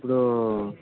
ఇప్పుడు